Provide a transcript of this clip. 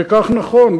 וכך נכון.